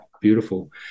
beautiful